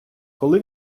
коли